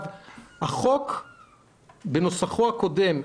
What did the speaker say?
החוק בנוסחו הקודם,